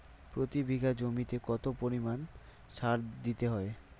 প্রতি বিঘা জমিতে কত পরিমাণ সার দিতে হয়?